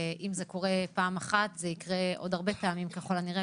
ואם זה קורה פעם אחת זה יקרה עוד הרבה פעמים ככל הנראה,